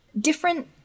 different